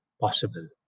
possible